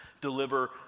deliver